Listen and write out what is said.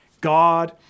God